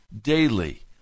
Daily